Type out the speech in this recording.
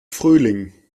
frühling